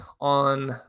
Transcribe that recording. on